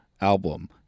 album